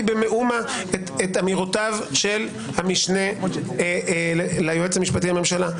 במאומה את אמירותיו של המשנה ליועץ המשפטי לממשלה.